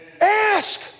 Ask